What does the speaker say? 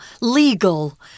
legal